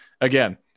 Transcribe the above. again